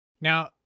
Now